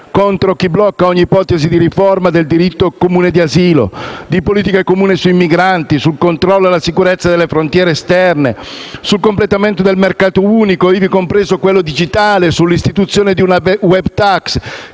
Contro chi blocca ogni ipotesi di riforma del diritto comune di asilo, di politica comune sui migranti, sul controllo e la sicurezza delle frontiere esterne, sul completamento del mercato unico, ivi compreso quello digitale, sull'istituzione di una *web tax*